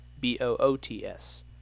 B-O-O-T-S